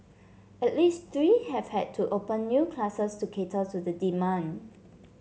at least three have had to open new classes to cater to the demand